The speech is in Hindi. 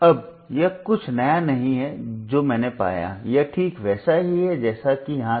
अब यह कुछ नया नहीं है जो मैंने पाया यह ठीक वैसा ही है जैसा कि यहाँ था